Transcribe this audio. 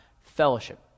fellowship